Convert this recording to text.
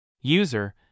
User